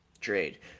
trade